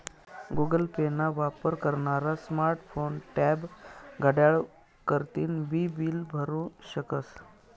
Google pay ना वापर करनारा स्मार्ट फोन, टॅब, घड्याळ वरतीन बी बील भरु शकस